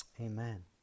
Amen